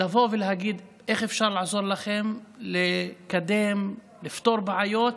לבוא ולהגיד איך אפשר לעזור לכם לקדם, לפתור בעיות